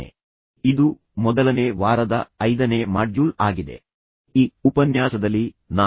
ನಾನು ನೀಡಿದ ಸಲಹೆಗಳ ಆಧಾರದ ಮೇಲೆ ನೀವು ಕೆಲಸ ಮಾಡಲು ಪರಿಹಾರಗಳೊಂದಿಗೆ ಬರಲು ಸಾಧ್ಯವಾಗುತ್ತದೆ ಎಂದು ನಾನು ಸಲಹೆ ನೀಡಿದ್ದೆ